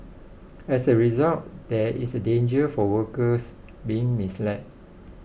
as a result there is a danger for workers being misled